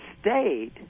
state